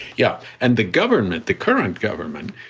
yep and the government, the current government,